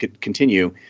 continue